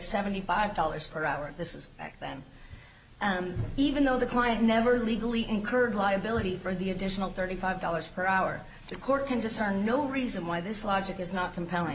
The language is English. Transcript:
seventy five dollars per hour this is back then even though the client never legally incurred liability for the additional thirty five dollars per hour the court can discern no reason why this logic is not compelling